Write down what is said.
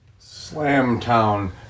Slamtown